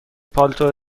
پالتو